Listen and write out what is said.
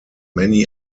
many